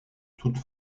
toute